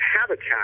habitat